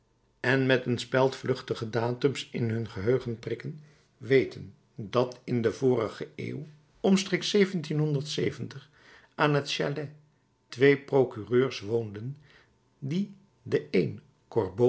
en met een speld vluchtige datums in hun geheugen prikken weten dat in de vorige eeuw omstreeks aan het châtelet twee procureurs woonden die de een